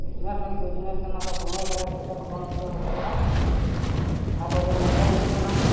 business ᱢᱮᱱ business ᱠᱟᱱᱟ ᱛᱚ ᱥᱚᱢᱚᱭ ᱠᱟᱨᱮ ᱯᱚᱭᱥᱟ ᱠᱚ ᱵᱟᱝ ᱠᱩᱲᱟᱹᱣ ᱠᱩᱲᱟᱹᱜᱼᱟ ᱛᱚ ᱚᱱᱟ ᱠᱚᱜᱮ ᱢᱮᱱᱴᱮᱱ ᱦᱩᱭᱩᱜ ᱠᱟᱱᱟ